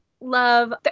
love